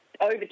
over